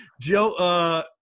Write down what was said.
Joe –